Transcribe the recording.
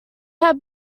had